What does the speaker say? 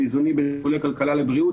באיזונים בין נתוני הכלכלה לבריאות.